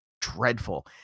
dreadful